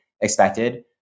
expected